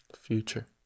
Future